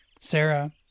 Sarah